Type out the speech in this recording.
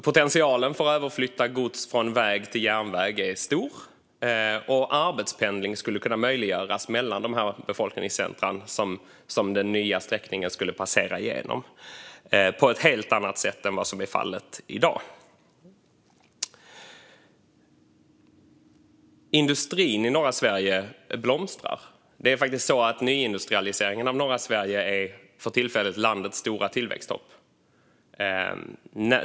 Potentialen för att flytta över gods från väg till järnväg är stor, och arbetspendling skulle kunna möjliggöras mellan de befolkningscentrum som den nya sträckningen skulle passera igenom på ett helt annat sätt än vad som är fallet i dag. Industrin i norra Sverige blomstrar. Det är faktiskt så att nyindustrialiseringen av norra Sverige för tillfället är landets stora tillväxthopp.